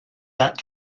that